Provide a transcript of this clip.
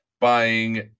buying